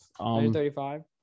135